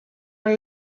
are